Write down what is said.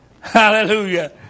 Hallelujah